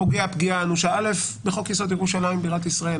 פוגע פגיעה אנושה ראשית בחוק-יסוד: ירושלים בירת ישראל.